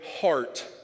heart